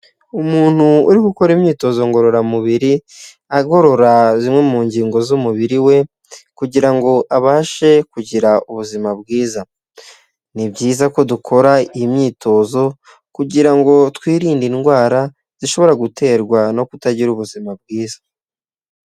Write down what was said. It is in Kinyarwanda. Umuntu uri gukora imyitozo ngororamubiri agorora zimwe mu ngingo z'umubiri we kugira ngo abashe kugira ubuzima bwiza. Ni byiza ko dukora iyi myitozo kugira ngo twirinde indwara zishobora guterwa no kutagira ubuzima bwiza.